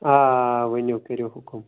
آ ؤنیو کٔرو حُکم